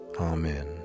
amen